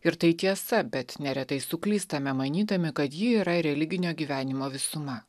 ir tai tiesa bet neretai suklystame manydami kad ji yra religinio gyvenimo visuma